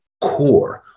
core